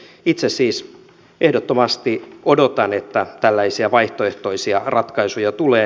itse siis ehdottomasti odotan että tällaisia vaihtoehtoisia ratkaisuja tulee